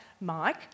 Mike